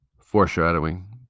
Foreshadowing